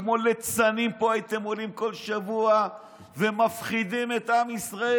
כמו ליצנים הייתם עולים לפה בכל שבוע ומפחידים את עם ישראל,